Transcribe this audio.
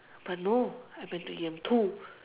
but no I went to E_M two